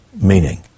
meaning